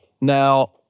now